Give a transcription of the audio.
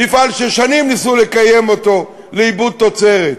מפעל ששנים ניסו לקיים אותו לעיבוד תוצרת.